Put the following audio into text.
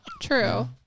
True